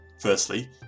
Firstly